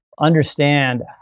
understand